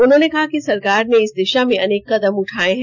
उन्होंने कहा कि सरकार ने इस दिशा में अनेक कदम उठाये हैं